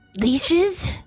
Leashes